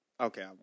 Okay